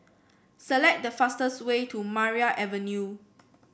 select the fastest way to Maria Avenue